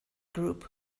group